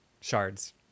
Shards